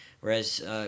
Whereas